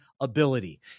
ability